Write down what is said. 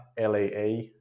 LAA